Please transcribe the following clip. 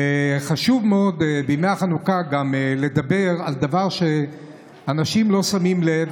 וחשוב מאוד בימי החנוכה גם לדבר על דבר שאנשים לא שמים אליו לב,